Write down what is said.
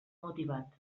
motivat